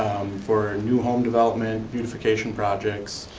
for ah new home development, beautification projects,